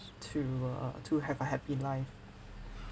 to uh to have a happy life